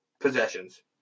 possessions